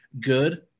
good